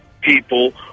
people